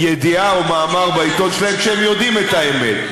ידיעה או מאמר בעיתון שלהם כשהם יודעים את האמת.